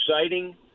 exciting